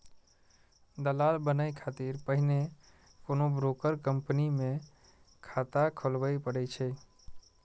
दलाल बनै खातिर पहिने कोनो ब्रोकर कंपनी मे खाता खोलबय पड़ै छै